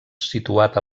situat